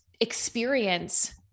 experience